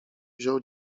wziął